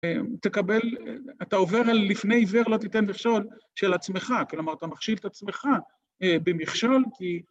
תקבל, אתה עובר אל לפני עוור לא תיתן מכשול של עצמך, כלומר אתה מכשיל את עצמך. במכשול כי...